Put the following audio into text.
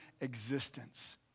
existence